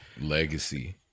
legacy